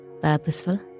Purposeful